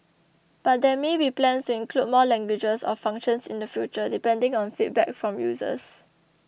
but there may be plans to include more languages or functions in the future depending on feedback from users